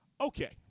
Okay